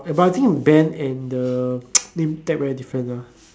eh but I think band and the name tag very different lah